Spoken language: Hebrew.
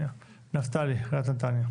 נפתלי, עיריית נתניה.